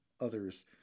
others